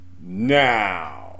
now